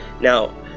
Now